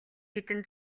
хэдэн